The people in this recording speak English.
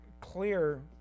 clear